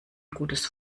gutes